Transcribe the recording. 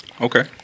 Okay